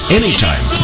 anytime